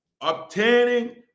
obtaining